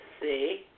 see